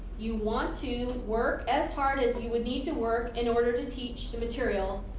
you want to work as hard as you would need to work in order to teach the material.